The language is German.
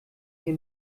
hier